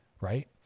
right